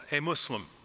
a muslim,